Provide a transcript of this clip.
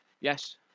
Yes